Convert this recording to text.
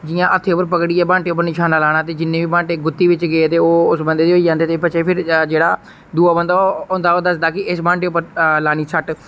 जियां हत्थै उप्पर पकड़िये ब्हांटे उप्पर निशाना लाना ते जिन्ने बी ब्हांटे गुत्ती बिच गेदे होङन ओह् उस बंदे दे होई जंदे ते फिह बच्चे जेहड़ा दूआ बंदा होंदा ते ओह् दसदा कि इस ब्हांटे उप्पर लानी सट्ट